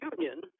Union